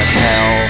hell